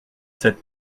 sept